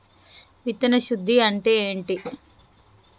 విత్తన శుద్ధి అంటే ఏంటి?